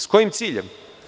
S kojim ciljem?